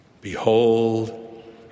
Behold